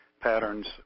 patterns